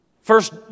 First